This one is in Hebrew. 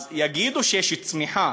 אז יגידו שיש צמיחה,